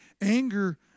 Anger